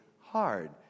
hard